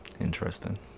interesting